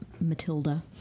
Matilda